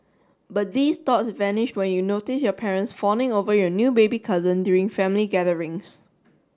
but these thoughts vanished when you notice your parents fawning over your new baby cousin during family gatherings